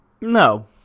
No